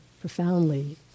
profoundly